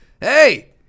hey